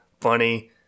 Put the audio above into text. funny